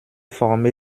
formé